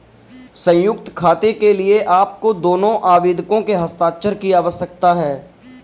संयुक्त खाते के लिए आपको दोनों आवेदकों के हस्ताक्षर की आवश्यकता है